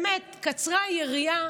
באמת, קצרה היריעה.